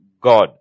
God